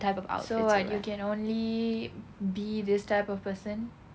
so what you can only be this type of person